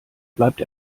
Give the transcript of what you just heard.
bleibt